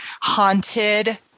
haunted